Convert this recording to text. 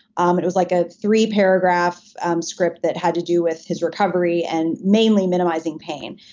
um it was like a three paragraph um script that had to do with his recovery and mainly minimizing pain.